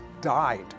died